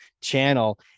channel